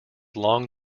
long